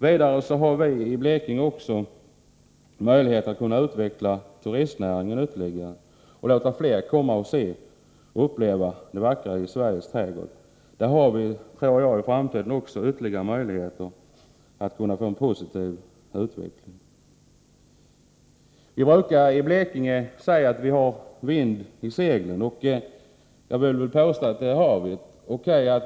Vi har i Blekinge också möjlighet att vidareutveckla turistnäringen och låta fler komma och uppleva det vackra i Sveriges trädgård. Också på det området har vi förutsättningar för en positiv utveckling i framtiden. Vi brukar i Blekinge säga att vi har vind i seglen. Jag vill påstå att vi har det också nu.